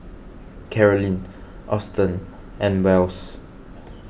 Carolyn Austen and Wells